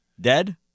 Dead